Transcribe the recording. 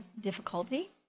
difficulty